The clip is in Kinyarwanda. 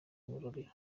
ngororero